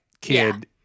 kid